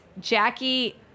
Jackie